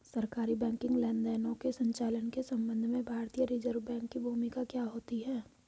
सरकारी बैंकिंग लेनदेनों के संचालन के संबंध में भारतीय रिज़र्व बैंक की भूमिका क्या होती है?